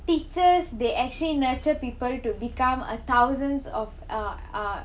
teachers they actually nuture people to become a thousands of uh uh